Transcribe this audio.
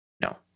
No